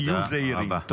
היו זהירים.